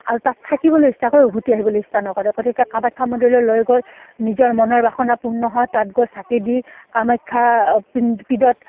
আৰু তাত থাকিবলৈ ইচ্ছা কৰে উভতি আহিবলৈ ইচ্ছা নকৰে গতিকে কামাখ্যা মন্দ্যলৈ লৈ গৈ নিজৰ মনৰ বাসনাপূৰ্ণ হয় তাত গৈ চাকি দি কামাখ্যা প পীঠত